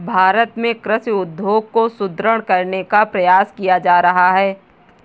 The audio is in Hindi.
भारत में कृषि उद्योग को सुदृढ़ करने का प्रयास किया जा रहा है